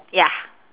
ya